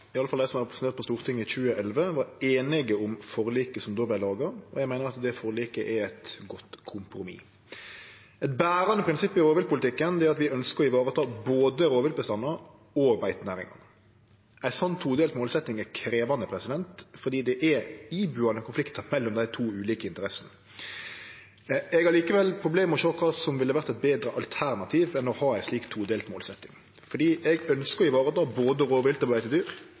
i alle fall dei som var representerte på Stortinget i 2011, var einige om forliket som då vart laga. Eg meiner det forliket er eit godt kompromiss. Eit berande prinsipp i rovviltpolitikken er at vi ønskjer å vareta både rovviltbestandane og beitenæringane. Ei slik todelt målsetjing er krevjande fordi det er ibuande konfliktar mellom dei to ulike interessene. Eg har likevel problem med å sjå kva som ville vore eit betre alternativ enn å ha ei slik todelt målsetjing, for eg ønskjer å vareta både